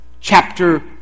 chapter